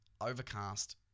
overcast